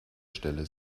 stelle